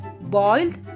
boiled